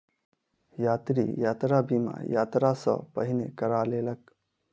यात्री, यात्रा बीमा, यात्रा सॅ पहिने करा लेलक